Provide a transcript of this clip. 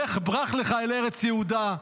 לֵך ברח לךָ אל ארץ יהודה,